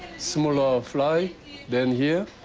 smaller fly than here.